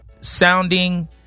sounding